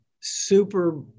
super